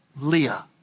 Leah